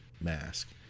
mask